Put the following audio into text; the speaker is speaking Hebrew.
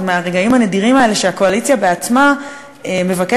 זה מן הרגעים הנדירים האלה שהקואליציה בעצמה מבקשת